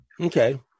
Okay